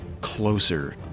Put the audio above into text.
closer